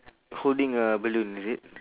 holding a balloon is it